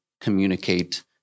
communicate